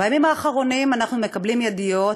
בימים האחרונים אנחנו מקבלים ידיעות,